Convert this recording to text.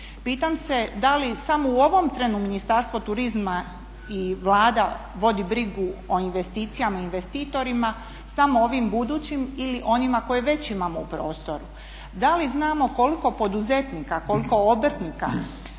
Pitam se da li samo u ovom trenu Ministarstvo turizma i Vlada vodi brigu o investicijama i investitorima, samo ovim budućim ili onima koje već imamo u prostoru? Da li znamo koliko poduzetnika, koliko obrtnika